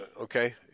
Okay